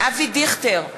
אבי דיכטר,